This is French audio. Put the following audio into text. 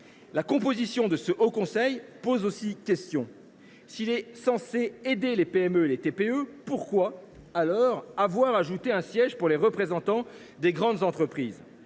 La composition de ce haut conseil pose aussi question : s’il est censé aider les PME et très petites entreprises (TPE), pourquoi avoir alors ajouté un siège pour les représentants des grandes entreprises ?